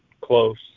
close